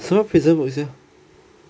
什么 prison work sia